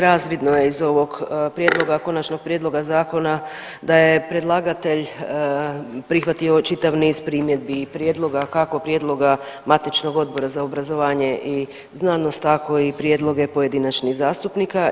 Razvidno je iz ovog prijedloga, Konačnog prijedloga zakona da je predlagatelj prihvatio čitav niz primjedbi i prijedloga kako prijedloga matičnog odbora za obrazovanje i znanost, tako i prijedloge pojedinačnih zastupnika.